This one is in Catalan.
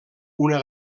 una